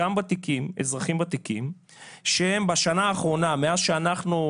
גם אזרחים ותיקים שהם בשנה האחרונה מאז שאנחנו,